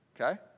Okay